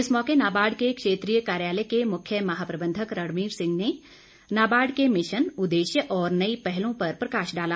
इस मौके नाबार्ड के क्षेत्रीय कार्यालय के मुख्य महाप्रबंधक रणबीर सिंह ने नाबार्ड के मिशन उद्देश्य और नई पहलों पर प्रकाश डाला